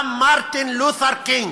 גם מרטין לותר קינג,